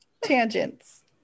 tangents